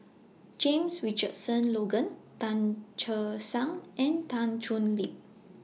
James Richardson Logan Tan Che Sang and Tan Thoon Lip